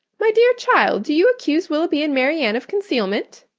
my dear child, do you accuse willoughby and marianne of concealment?